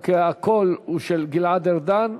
רק הקול הוא של גלעד ארדן,